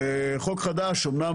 אומנם